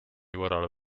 korral